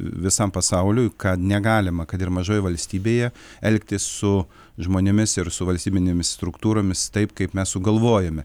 visam pasauliui kad negalima kad ir mažoje valstybėje elgtis su žmonėmis ir su valstybinėmis struktūromis taip kaip mes sugalvojome